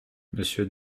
monsieur